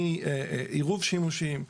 מעירוב שימושים,